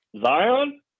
Zion